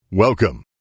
Welcome